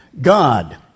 God